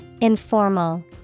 Informal